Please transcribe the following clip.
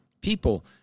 people